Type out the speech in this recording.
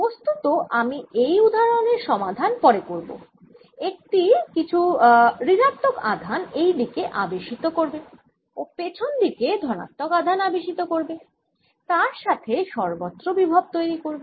বস্তুত আমি এই উদাহরণের সমাধান পরে করব এটি কিছু ঋণাত্মক আধান এইদিকে আবেশিত করবে ও পেছন দিকে ধনাত্মক আধান আবেশিত করবে তার সাথে সর্বত্র বিভব তৈরি করবে